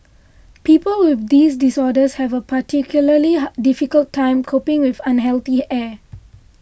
people with these disorders have a particularly difficult time coping with unhealthy air